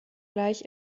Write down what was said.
gleich